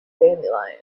dandelion